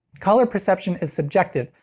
color perception is subjective,